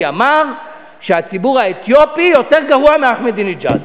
אמר שהציבור האתיופי יותר גרוע מאחמדינג'אד.